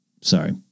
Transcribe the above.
Sorry